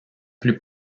plus